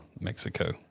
Mexico